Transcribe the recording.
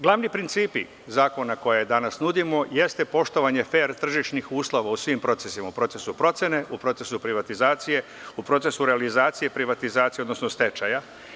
Glavni principi zakona koji danas nudimo jeste poštovanje fer tržišnih uslova u svim procesima, u procesima procene, u procesu privatizacije, u procesu realizacije i privatizacije, odnosno stečaja.